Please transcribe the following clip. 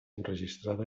enregistrada